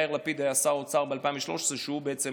יאיר לפיד היה שר האוצר ב-2013, והוא בעצם